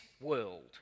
world